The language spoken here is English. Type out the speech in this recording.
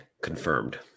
confirmed